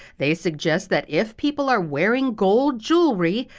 they suggest that if people are wearing gold jewelry,